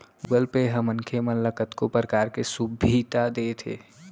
Google Pay ह मनखे मन ल कतको परकार के सुभीता देत हे